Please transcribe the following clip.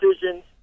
decisions